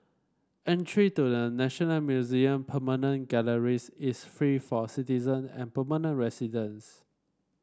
entry to the National Museum permanent galleries is free for citizen and permanent residents